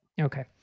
Okay